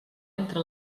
entre